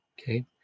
Okay